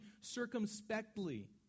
circumspectly